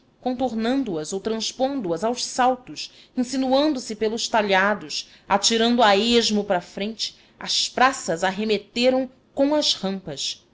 nas lajens contornando as ou transpondo as aos saltos insinuando se pelos talhados atirando a esmo para a frente as praças arremeteram com as rampas